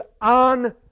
on